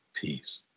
peace